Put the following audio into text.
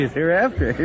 hereafter